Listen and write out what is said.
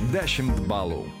dešimt balų